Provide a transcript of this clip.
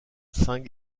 saint